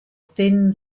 thin